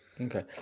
Okay